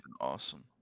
awesome